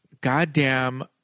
goddamn